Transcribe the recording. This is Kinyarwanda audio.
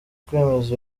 kwemeza